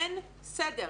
אין סדר.